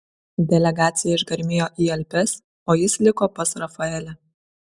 delegacija išgarmėjo į alpes o jis liko pas rafaelę